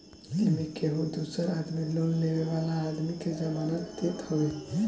एमे केहू दूसर आदमी लोन लेवे वाला आदमी के जमानत देत हवे